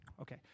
Okay